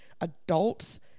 adults